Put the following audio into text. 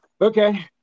Okay